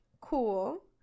cool